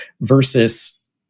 versus